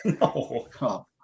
No